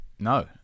no